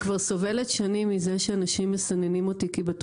אני כבר סובלת שנים מזה שאנשים מסננים אותי כי אני